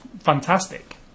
fantastic